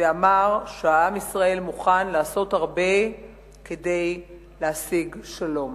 ואמר שעם ישראל מוכן לעשות הרבה כדי להשיג שלום.